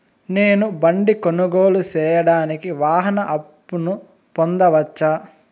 నేను బండి కొనుగోలు సేయడానికి వాహన అప్పును పొందవచ్చా?